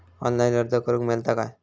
Online अर्ज करूक मेलता काय?